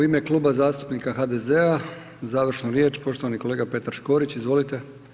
U ime Kluba zastupnika HDZ-a završnu riječ poštovani kolega Petar Škorić, izvolite.